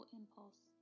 impulse